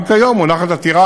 גם כיום מונחת עתירה